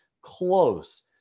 close